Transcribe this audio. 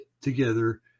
together